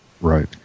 Right